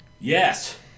Yes